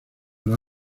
los